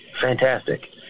Fantastic